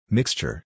Mixture